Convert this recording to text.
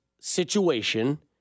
situation